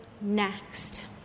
next